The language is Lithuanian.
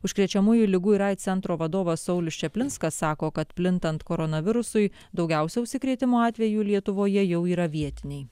užkrečiamųjų ligų ir aids centro vadovas saulius čaplinskas sako kad plintant koronavirusui daugiausia užsikrėtimo atvejų lietuvoje jau yra vietiniai